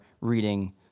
reading